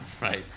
Right